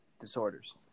disorders